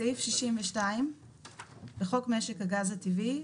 סעיף 62. בחוק משק הגז הטבעי,